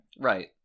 right